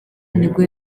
nibwo